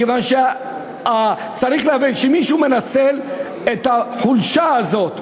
מכיוון שצריך להבין שמישהו מנצל את החולשה הזאת.